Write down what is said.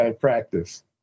practice